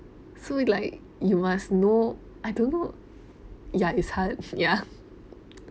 so like you must know I don't know ya it's hard ya